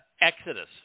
Exodus